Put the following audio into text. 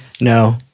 No